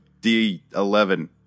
D11